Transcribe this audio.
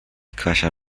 kasia